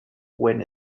when